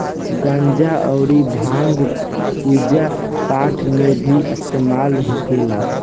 गांजा अउर भांग पूजा पाठ मे भी इस्तेमाल होखेला